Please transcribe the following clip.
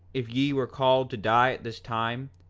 if ye were called to die at this time,